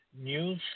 news